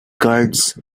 guards